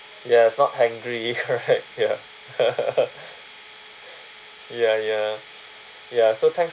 yes not hangry correct ya ya ya ya so thanks